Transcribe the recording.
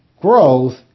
growth